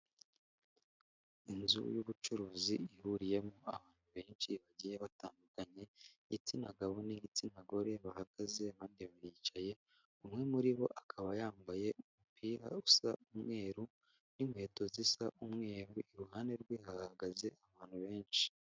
Inzu y'ubucuruzi ihuriyemo abantu benshi bagiye batandukanye, igitsina gabo n'igitsina gore, bahagaze abandi baricaye, umwe muri bo akaba yambaye umupira usa umweru n'inkweto zisa n'umweru, iruhande rwe hahagaze abantu benshi.